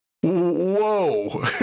whoa